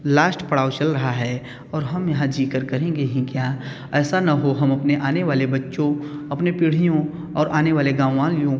last पड़ाव चल रहा है और हम यहाँ जीकर करेंगे हीं क्या ऐसा न हो हम अपने आने वाले बच्चों अपने पीढ़ियों और आने वाले गाँव वालों